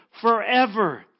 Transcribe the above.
forever